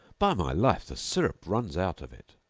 by my life, the syrup runs out of it.